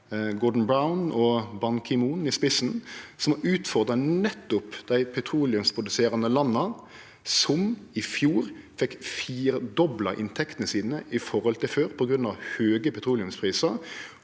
Gordon Brown og Ban Ki-moon i spissen, som har utfordra nettopp dei petroleumsproduserande landa – som i fjor fekk firedobla inntektene sine i forhold til før på grunn av høge petroleumsprisar